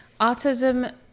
autism